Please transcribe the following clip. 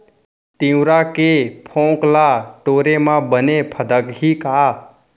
तिंवरा के फोंक ल टोरे म बने फदकही का?